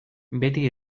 beti